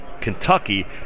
Kentucky